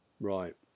Right